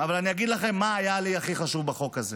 אבל אני אגיד לכם מה היה לי הכי חשוב בחוק הזה: